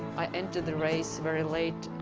i entered the race very late.